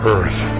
Earth